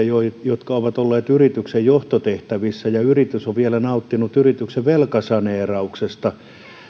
jotka ovat olleet yrityksen johtotehtävissä ja yritys on vielä nauttinut yrityksen velkasaneerauksesta